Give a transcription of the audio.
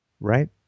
right